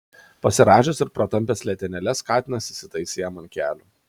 pasirąžęs ir pratampęs letenėles katinas įsitaisė jam ant kelių